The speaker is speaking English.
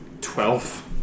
Twelve